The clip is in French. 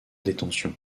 détention